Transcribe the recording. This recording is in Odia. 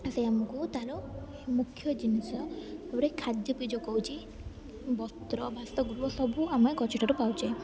ସେ ଆମକୁ ତାର ମୁଖ୍ୟ ଜିନିଷ ଗୋଟେ ଖାଦ୍ୟ ବି ଯୋଗଉଛି ବସ୍ତ୍ର ବାସଗୃହ ସବୁ ଆମେ ଗଛଠାରୁ ପାଉଛେ